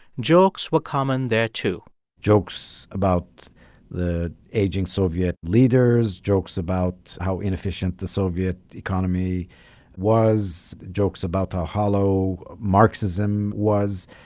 jokes were common there, too jokes about the aging soviet leaders, jokes about how inefficient the soviet economy was, jokes about how hollow marxism was.